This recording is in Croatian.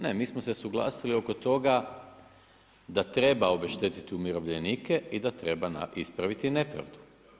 Ne, mi smo se suglasili oko toga, da treba obeštetit umirovljenike i da treba ispraviti nepravdu.